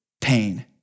pain